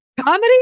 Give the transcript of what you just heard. comedy